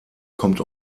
kommt